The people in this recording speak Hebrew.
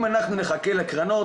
אם אנחנו נחכה לקרנות,